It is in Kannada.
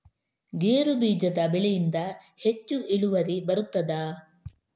ಗೇರು ಬೀಜದ ಬೆಳೆಯಿಂದ ಹೆಚ್ಚು ಇಳುವರಿ ಬರುತ್ತದಾ?